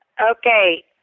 Okay